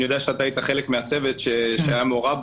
אני יודע שהיית חלק מהצוות שהיה מעורב,